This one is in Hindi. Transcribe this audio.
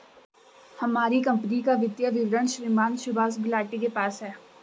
हमारी कम्पनी का वित्तीय विवरण श्रीमान सुभाष गुलाटी के पास है